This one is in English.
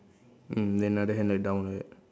mm then another hand like down like that